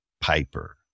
Piper